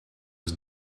was